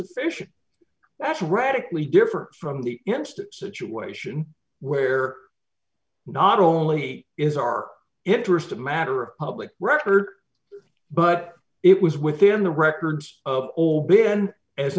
sufficient that's radically different from the instant situation where not only is our interest of matter of public record but it was within the records of all began as